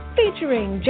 featuring